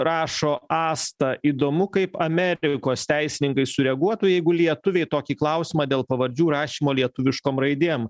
rašo asta įdomu kaip amerikos teisininkai sureaguotų jeigu lietuviai tokį klausimą dėl pavardžių rašymo lietuviškom raidėm